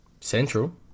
Central